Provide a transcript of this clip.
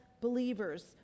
believers